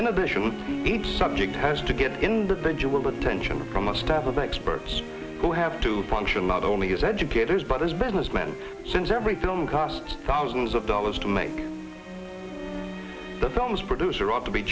in addition each subject has to get individual attention from a staff of experts who have to function not only as educators but as businessmen since every film costs thousands of dollars to make the film's producer ought to be